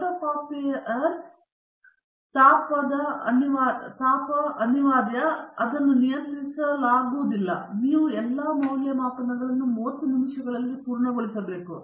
ಫೋಟೊಕಾಪಿಯರ್ನ ತಾಪನ ಅನಿವಾರ್ಯ ಮತ್ತು ಬಹುಶಃ ನಿಯಂತ್ರಿಸಲಾಗುವುದಿಲ್ಲ ಮತ್ತು ನೀವು ಈ ಎಲ್ಲ ಮೌಲ್ಯಮಾಪನಗಳನ್ನು 30 ನಿಮಿಷಗಳಲ್ಲಿ ಪೂರ್ಣಗೊಳಿಸಬೇಕು